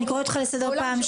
מה זה?